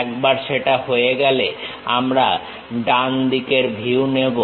একবার সেটা হয়ে গেলে আমরা ডানদিকের ভিউ নেব